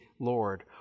Lord